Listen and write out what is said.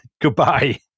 goodbye